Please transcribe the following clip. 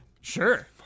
Sure